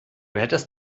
hättest